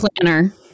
planner